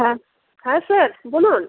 হ্যাঁ হ্যাঁ স্যার বলুন